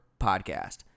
podcast